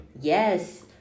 Yes